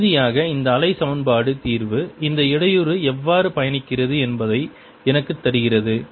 இறுதியாக இந்த அலை சமன்பாடு தீர்வு இந்த இடையூறு எவ்வாறு பயணிக்கிறது என்பதை எனக்குத் தருகிறது